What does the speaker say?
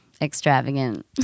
extravagant